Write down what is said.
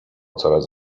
coraz